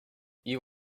you